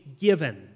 given